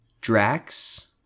Drax